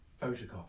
photocopy